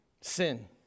Sin